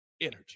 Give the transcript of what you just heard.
energy